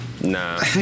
Nah